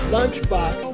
Lunchbox